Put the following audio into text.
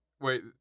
Wait